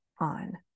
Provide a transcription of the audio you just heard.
on